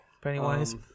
Pennywise